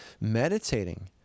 meditating